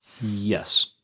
Yes